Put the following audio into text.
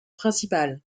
principale